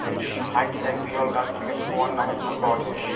হাইতির এক বিরল গাছ থেকে স্কোয়ান নামক ফুল পাওয়া যায়